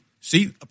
see